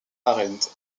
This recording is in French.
arendt